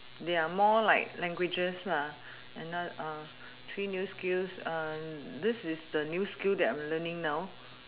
there are more like languages lah and now uh three new skills uh this is the new skill that I am learning now